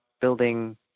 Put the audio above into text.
building